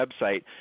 website